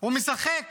הוא משחק